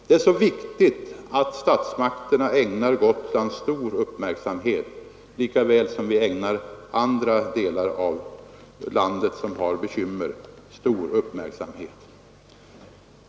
Det är viktigt att statsmakterna ägnar Gotland stor uppmärksamhet lika väl som vi ägnar stor uppmärksamhet åt andra delar av landet som har bekymmer.